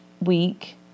week